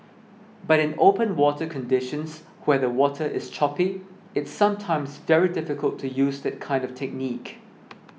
but in open water conditions where the water is choppy it's sometimes very difficult to use that kind of technique